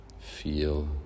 Feel